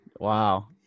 wow